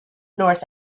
north